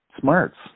smarts